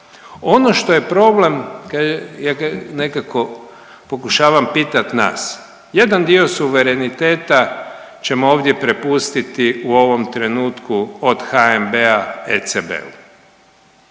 Ono što je problem, ja nekako pokušavam pitati nas, jedan dio suvereniteta ćemo ovdje prepustiti u ovom trenutku od HNB-a ECB-u.